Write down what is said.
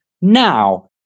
now